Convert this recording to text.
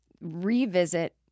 revisit